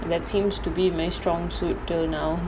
that seems to be my strong suit till now